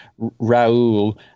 Raul